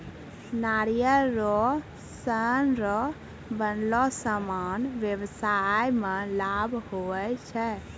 नारियल रो सन रो बनलो समान व्याबसाय मे लाभ हुवै छै